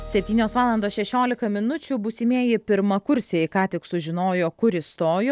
septynios valandos šešiolika minučių būsimieji pirmakursiai ką tik sužinojo kur įstojo